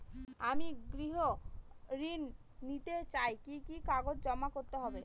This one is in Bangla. আমি গৃহ ঋণ নিতে চাই কি কি কাগজ জমা করতে হবে?